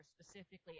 specifically